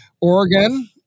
Oregon